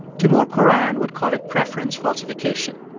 timur kuran would call it preference falsification.